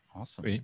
Awesome